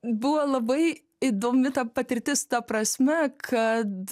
buvo labai įdomi ta patirtis ta prasme kad